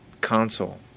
console